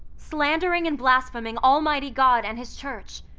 slandering and blaspheming almighty god and his church.